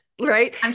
Right